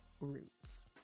Roots